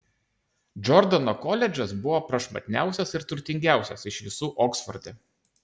džordano koledžas buvo prašmatniausias ir turtingiausias iš visų oksforde